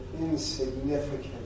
insignificant